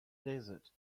desert